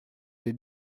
des